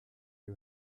who